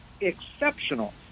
exceptional